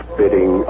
bidding